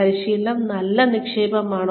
പരിശീലനം നല്ല നിക്ഷേപമാണോ